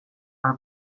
are